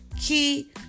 Key